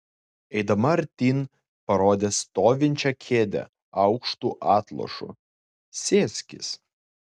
eidama artyn parodė stovinčią kėdę aukštu atlošu sėskis